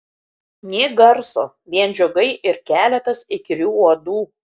nė garso vien žiogai ir keletas įkyrių uodų